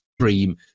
stream